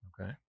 Okay